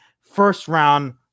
first-round